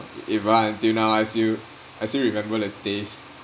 even until now I still I still remember the taste